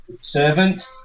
servant